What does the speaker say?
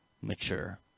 mature